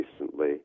recently